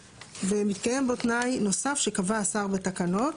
מתקיים בו תנאי נוסף שקבע השר בתקנות.